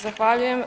Zahvaljujem.